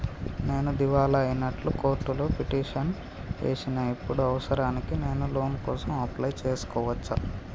నేను దివాలా అయినట్లు కోర్టులో పిటిషన్ ఏశిన ఇప్పుడు అవసరానికి నేను లోన్ కోసం అప్లయ్ చేస్కోవచ్చా?